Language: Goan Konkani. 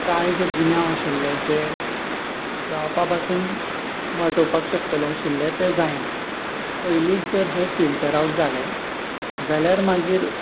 कांय जे गुन्यांव आशिल्ले जे जावपा पासून वांटोवपाक शकतले आशिल्लें तें जायना पयलींच जर हें फिल्टर आवट जाले जाल्यार मागीर